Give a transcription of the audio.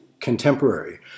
contemporary